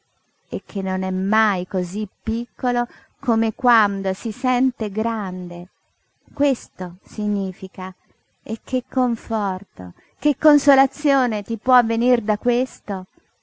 e che non è mai cosí piccolo come quando si sente grande questo significa e che conforto che consolazione ti può venir da questo